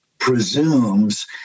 presumes